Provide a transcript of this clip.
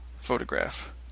photograph